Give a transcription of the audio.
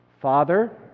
father